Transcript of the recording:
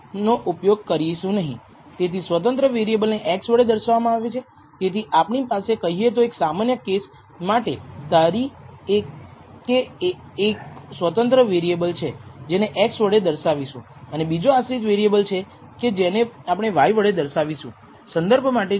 તેથી સ્વતંત્ર વેરિએબલ ને x વળે દર્શાવવામાં આવે છે તેથી આપણી પાસે કહીએ તો એક સામાન્ય કેસ માટે ધારીએ કે એક સ્વતંત્ર વેરિએબલ છે કે જેને x વડે દર્શાવીશુ અને અને બીજો આશ્રિત વેરિએબલ છે કે જેને આપણે y વડે દર્શાવીશુ